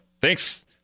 Thanks